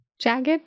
Jagged